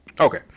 Okay